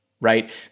right